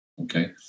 Okay